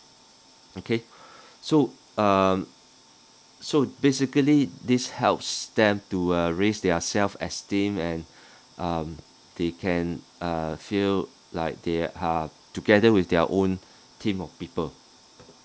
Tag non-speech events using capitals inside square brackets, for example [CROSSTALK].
okay [BREATH] so um so basically this helps them to uh raise their self esteem and [BREATH] um they can uh feel like they are together with their own [BREATH] team of people